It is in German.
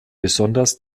besonders